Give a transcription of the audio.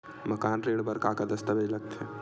मकान ऋण बर का का दस्तावेज लगथे?